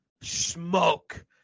smoke